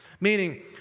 Meaning